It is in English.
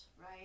right